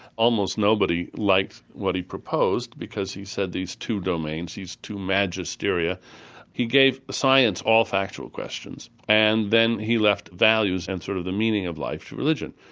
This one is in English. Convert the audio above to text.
almost nobody liked what he proposed because he said these two domains, these two magisteria he gave science all factual questions and then he left values and sort of the meaning of life to religion.